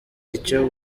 icyo